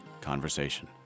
conversation